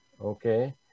okay